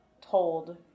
told